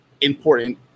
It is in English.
important